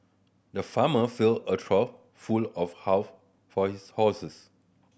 the farmer filled a trough full of half for his horses